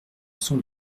son